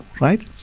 right